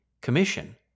commission